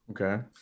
okay